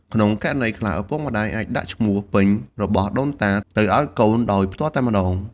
ក្នុងករណីខ្លះ ឪពុកម្តាយអាចដាក់ឈ្មោះពេញរបស់ដូនតាទៅឱ្យកូន ដោយផ្ទាល់តែម្តង។